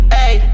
Hey